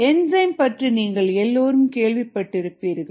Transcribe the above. enzyme பற்றி நீங்கள் எல்லோரும் கேள்விப்பட்டிருப்பீர்கள்